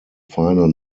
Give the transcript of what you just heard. final